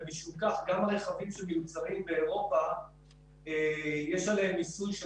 ומשום כך גם על רכבים שמיוצרים באירופה יש מיסוי,